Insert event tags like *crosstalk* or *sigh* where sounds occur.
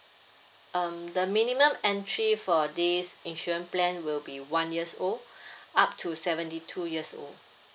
um the minimum entry for this insurance plan will be one years old *breath* up to seventy two years old